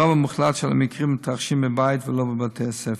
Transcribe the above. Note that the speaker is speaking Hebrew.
הרוב המוחלט של המקרים מתרחשים בבית ולא בבתי-הספר.